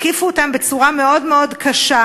התקיפו אותם בצורה מאוד קשה.